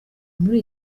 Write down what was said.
muri